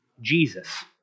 Jesus